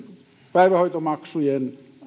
päivähoitomaksujen